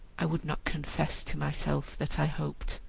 i would not confess to myself that i hoped,